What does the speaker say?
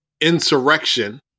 insurrection